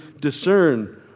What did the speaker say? discern